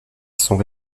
sont